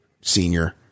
senior